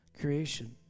Creation